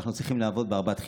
אנחנו צריכים להרבות באהבת חינם.